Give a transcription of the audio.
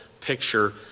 picture